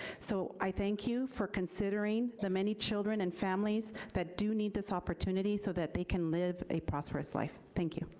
so i thank you for considering the many children and families that do need this opportunity so that they can live a prosperous life, thank you.